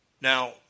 Now